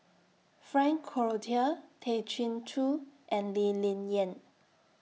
Frank Cloutier Tay Chin Joo and Lee Ling Yen